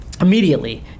immediately